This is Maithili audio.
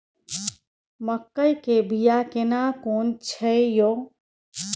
मकई के बिया केना कोन छै यो?